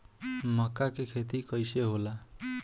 मका के खेती कइसे होला?